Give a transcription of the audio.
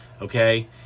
okay